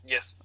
Yes